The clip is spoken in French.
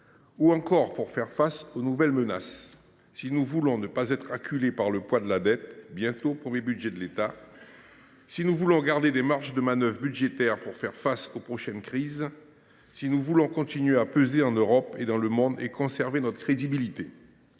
et faire face aux nouvelles menaces. Si nous voulons ne pas être acculés par le poids de la dette, qui sera bientôt le premier budget de l’État, si nous voulons garder des marges de manœuvre budgétaires pour faire face aux prochaines crises, si nous voulons continuer à peser en Europe et dans le monde et conserver notre crédibilité,